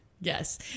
yes